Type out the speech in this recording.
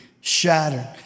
shattered